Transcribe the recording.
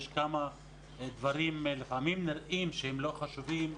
יש כמה דברים שלפעמים נראים שהם לא חשובים,